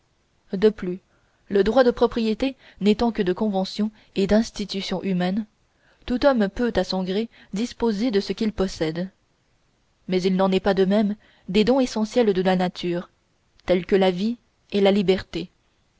de plus le droit de propriété n'étant que de convention et d'institution humaine tout homme peut à son gré disposer de ce qu'il possède mais il n'en est pas de même des dons essentiels de la nature tels que la vie et la liberté